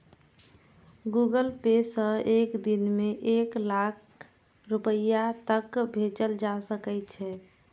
Google Pay सं एक दिन मे एक लाख रुपैया तक भेजल जा सकै छै